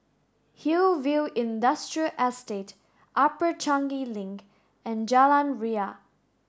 Hillview Industrial Estate Upper Changi Link and Jalan Ria